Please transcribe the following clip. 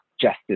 justice